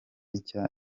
nshya